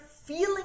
feeling